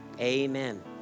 amen